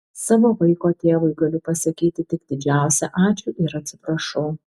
savo vaiko tėvui galiu pasakyti tik didžiausią ačiū ir atsiprašau